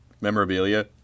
memorabilia